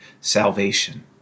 salvation